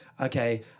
Okay